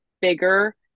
bigger